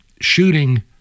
shooting